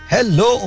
Hello